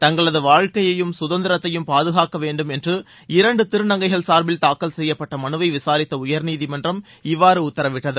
தங்களது வாழ்க்கையையும் சுதந்திரத்தையும் பாதுகாக்கவேண்டும் என்று இரண்டு திருநங்கைகள் சாா்பில் தாக்கல் செய்யப்பட்ட மனுவை விசாரித்த உயா்நீதிமன்றம் இவ்வாறு உத்தரவிட்டது